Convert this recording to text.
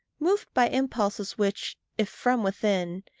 moved by impulses which, if from within,